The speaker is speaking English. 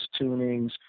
tunings